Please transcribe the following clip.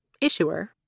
issuer